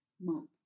months